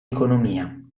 economia